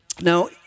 Now